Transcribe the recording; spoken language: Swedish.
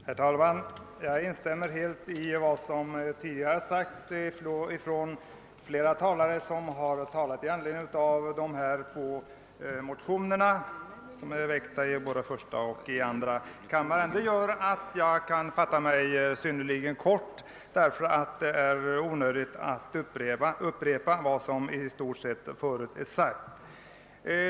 Herr talman! Jag instämmer helt i vad som tidigare har sagts av flera talare som har yttrat sig i anledning av de två motioner som har väckts i första och i andra kammaren. Det gör att jag kan fatta mig synnerligen kort, eftersom det är onödigt att i stort sett upprepa vad som förut har sagts.